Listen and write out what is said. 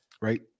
right